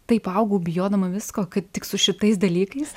taip augau bijodama visko kad tik su šitais dalykais